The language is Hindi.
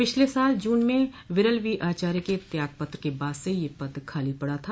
पिछले साल जून में विरल वी आचार्य के त्यागपत्र के बाद से यह पद खाली पड़ा था